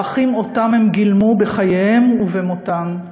ערכים שהם גילמו בחייהם ובמותם,